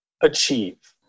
achieve